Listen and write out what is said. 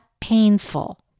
painful